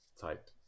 type